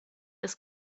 ist